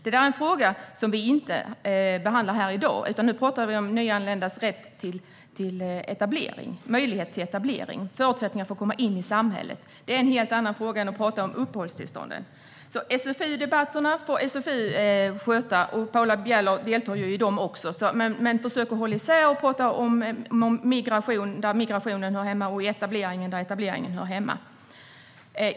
Det är en fråga vi inte behandlar här i dag, utan nu talar vi om nyanländas rätt och möjlighet till etablering och deras förutsättningar att komma in i samhället. Det är en helt annan fråga än uppehållstillstånden. SfU-debatterna får alltså SfU sköta. Paula Bieler deltar ju i dem också, men försök hålla isär detta. Tala om migration där migrationen hör hemma och etableringen där etableringen hör hemma!